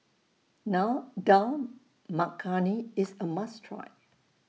now Dal Makhani IS A must Try